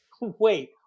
wait